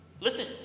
Listen